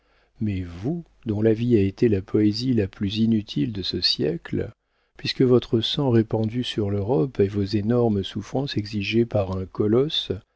mais vous dont la vie a été la poésie la plus inutile de ce siècle puisque votre sang répandu sur l'europe et vos énormes souffrances exigées par un colosse